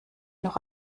noch